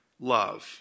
love